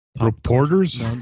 reporters